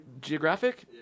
Geographic